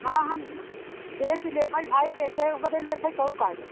हाँ हम देख ही ले भाई भाई जैसे मज़े लेत है कऊका काई लेत है